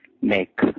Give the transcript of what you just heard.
make